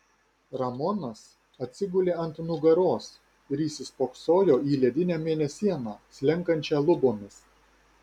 ramonas atsigulė ant nugaros ir įsispoksojo į ledinę mėnesieną slenkančią lubomis